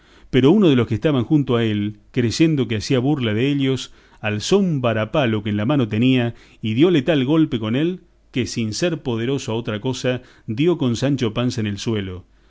pero uno de los que estaban junto a él creyendo que hacía burla dellos alzó un varapalo que en la mano tenía y diole tal golpe con él que sin ser poderoso a otra cosa dio con sancho panza en el suelo